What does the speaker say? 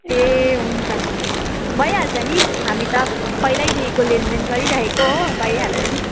ए हुन्छ भइहाल्छ नि हामी त पहिल्यैदेखिको लेनदेन गरिराखेको हो भइहाल्छ नि